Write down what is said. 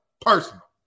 Personal